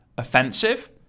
offensive